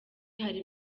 hari